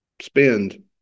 spend